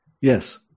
Yes